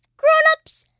grown-ups,